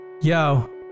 Yo